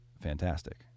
fantastic